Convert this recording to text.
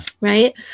Right